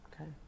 Okay